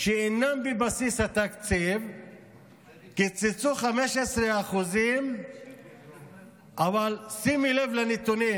שאינן בבסיס התקציב קיצצו 15%. אבל שימי לב לנתונים,